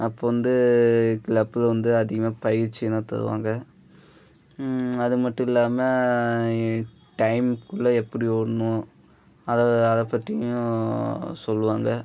அப்போ வந்து க்ளப்பில் வந்து அதிகமாக பயிற்சியெல்லாம் தருவாங்க அது மட்டும் இல்லாமல் டைமுக்குள்ளே எப்படி ஓடணும் அதை அதை பற்றியும் சொல்லுவாங்க